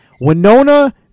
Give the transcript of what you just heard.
Winona